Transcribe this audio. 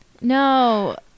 No